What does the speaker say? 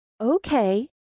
Okay